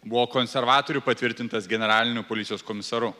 buvo konservatorių patvirtintas generaliniu policijos komisaru